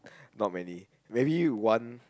not many maybe one